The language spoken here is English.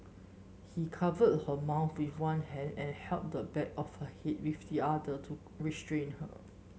he covered her mouth with one hand and held the back of her head with the other to restrain her